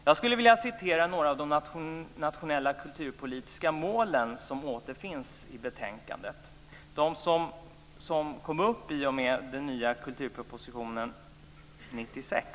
Jag skulle vilja citera några av de nationella kulturpolitiska mål som återfinns i betänkandet och som kom upp i och med den nya kulturpropositionen 1996.